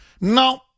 no